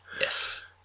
Yes